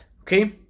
okay